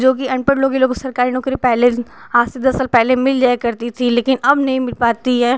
जो कि अनपढ़ लोग ये लोग को सरकारी नौकरी पहले आज से दस साल पहले मिल जाया करती थी लेकिन अब नहीं मिल पाती है